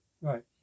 Right